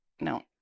no